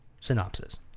synopsis